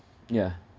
yeah